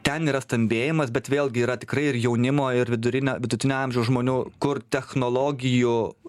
ten yra stambėjimas bet vėlgi yra tikrai ir jaunimo ir vidurinio vidutinio amžiaus žmonių kur technologijų